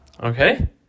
Okay